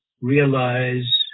realize